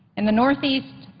in the northeast,